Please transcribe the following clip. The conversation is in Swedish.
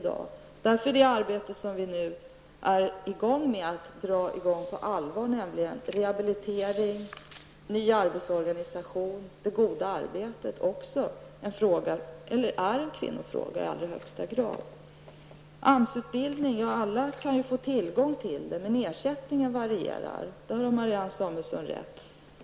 Det arbete vi nu är på väg att dra i gång på allvar, nämligen det som gäller rehabilitering och ny arbetsorganisation -- det goda arbetet -- är därför också i allra högsta grad en kvinnofråga. Alla kan få tillgång till AMS-utbildning, men ersättningen varierar. Där har Marianne Samuelsson rätt.